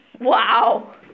Wow